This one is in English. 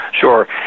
Sure